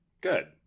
good